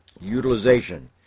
utilization